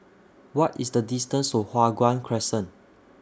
What IS The distance to Hua Guan Crescent